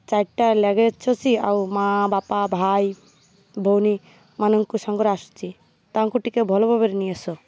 ଚାରିଟା ଲଗେଜ୍ ଅଛି ଆଉ ମାଆ ବାପା ଭାଇ ଭଉଣୀମାନଙ୍କୁ ସାଙ୍ଗରେ ଆସୁଛି ତାଙ୍କୁ ଟିକେ ଭଲ ଭାବରେ ନେଇ ଆସ